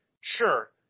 sure